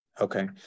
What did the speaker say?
Okay